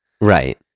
Right